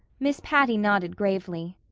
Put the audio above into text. miss patty nodded gravely.